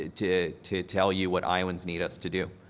to to tell you what islands need us to deal.